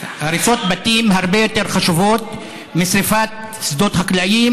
הריסות בתים הרבה יותר חשובות משרפת שדות חקלאיים,